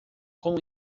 com